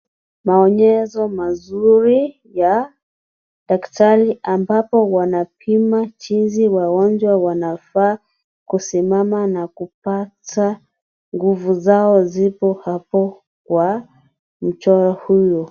Maonyesho mazuri ya daktari ambapo wanapima jinsi wagonjwa wanafaa kusimama na kupata nguvu zao zipo hapo kwa mchoro huo.